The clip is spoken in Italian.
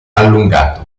allungato